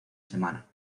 semana